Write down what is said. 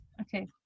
Okay